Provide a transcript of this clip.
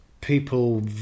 people